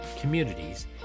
communities